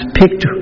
picked